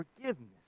forgiveness